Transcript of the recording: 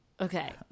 Okay